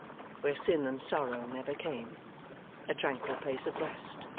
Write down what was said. where sin and sorrow never came a tranquil place of rest,